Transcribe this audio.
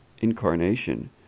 incarnation